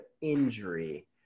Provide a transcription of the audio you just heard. injury